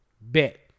Bet